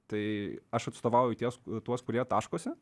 tai aš atstovauju ties tuos kurie taškosi